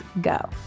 go